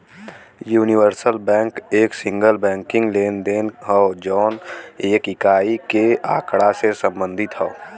universal bank एक single banking लेनदेन हौ जौन एक इकाई के आँकड़ा से संबंधित हौ